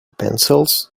pencils